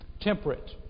temperate